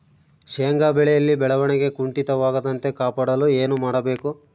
ಶೇಂಗಾ ಬೆಳೆಯಲ್ಲಿ ಬೆಳವಣಿಗೆ ಕುಂಠಿತವಾಗದಂತೆ ಕಾಪಾಡಲು ಏನು ಮಾಡಬೇಕು?